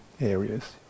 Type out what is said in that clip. areas